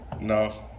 No